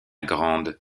grandes